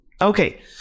Okay